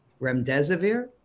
remdesivir